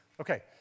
okay